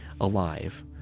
alive